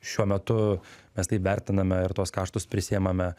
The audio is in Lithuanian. šiuo metu mes taip vertiname ir tuos kaštus prisiimame